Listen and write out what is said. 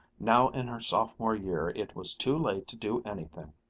now in her sophomore year it was too late to do anything.